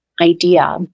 idea